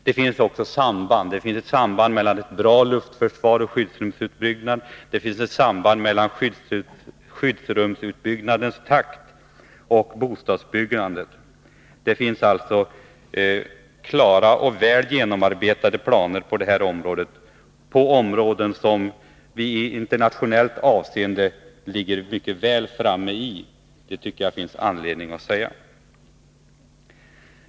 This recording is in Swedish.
Det finns också ett samband mellan ett bra luftförsvar och skyddsrumsutbyggnad, och det finns ett samband mellan skyddsrumsutbyggnadens takt och bostadsbyggandet. Det finns alltså klara och väl genomarbetade planer på dessa områden, på områden som vi i internationellt avseende ligger mycket väl framme i. Jag tycker att det finns anledning att säga det.